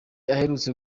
aherutse